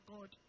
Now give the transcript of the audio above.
God